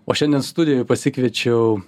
o šiandien studijoj pasikviečiau